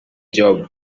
job